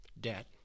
debt